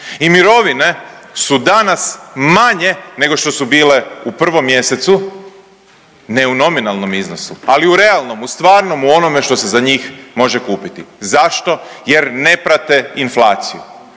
I mirovine su danas manje nego što su bile u 1. mjesecu, ne u nominalnom iznosu, u realnom, u stvarnom u onome što se za njih može kupiti. Zašto? Jer ne prate inflaciju.